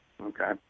okay